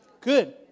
Good